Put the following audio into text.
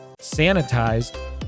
sanitized